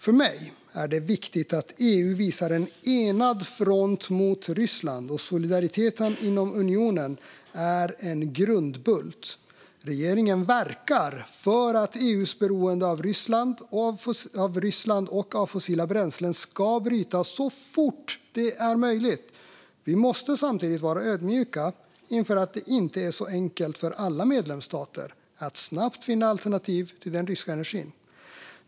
För mig är det viktigt att EU visar en enad front mot Ryssland, och solidariteten inom unionen är en grundbult. Regeringen verkar för att EU:s beroende av Ryssland och av fossila bränslen ska brytas så fort det är möjligt. Vi måste samtidigt vara ödmjuka inför att det inte är så enkelt för alla medlemsstater att snabbt finna alternativ till den ryska energin.